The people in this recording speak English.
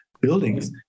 buildings